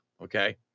okay